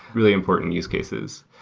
really important use cases.